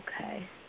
Okay